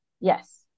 Yes